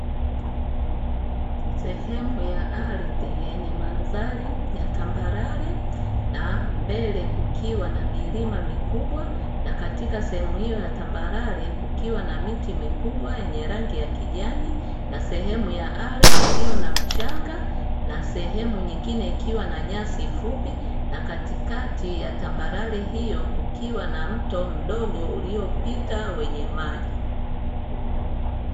Sehemu ya ardhi yenye mandhari ya tambarare na mbele kukiwa na milima mikubwa, na katika sehemu hiyo ya tambarare kukiwa na miti mikubwa yenye rangi ya kijani na sehemu ya ardhi iliyo na mchanga, na sehemu nyingine ikiwa na nyasi fupi; na katikati ya tambarare hiyo kukiwa na mto mdogo uliopita wenye maji.